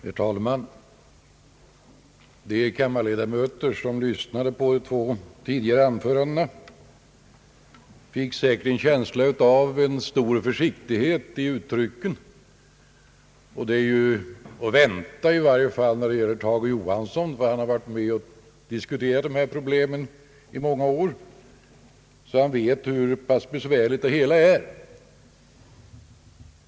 Herr talman! De kammarledamöter som lyssnade till de båda föregående talarnas anföranden fick säkert en känsla av att talarna gav uttryck åt stor försiktighet. Detta är ju att vänta i varje fall när det gäller herr Tage Johansson — han har diskuterat dessa problem under många år och vet därför hur besvärliga de är.